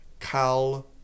cal